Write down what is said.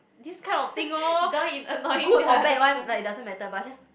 this kind of thing loh good or bad one like doesn't matter but it's just